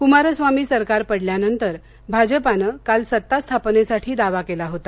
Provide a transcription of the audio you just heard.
कुमारस्वामी सरकार पडल्यानंतर भाजपानं काल सत्तास्थापनेसाठी दावा केला होता